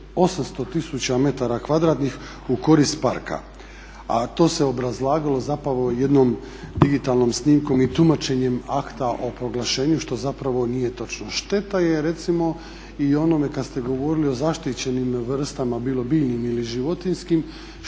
kvadratnih u korist parka, a to se obrazlagalo zapravo jednom digitalnom snimkom i tumačenjem akta o proglašenju što zapravo nije točno. Šteta je recimo i o onome kad ste govorili o zaštićenim vrstama bilo biljnim ili životinjskim što